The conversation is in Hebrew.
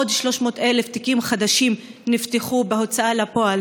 עוד 300,000 תיקים חדשים נפתחו בהוצאה לפועל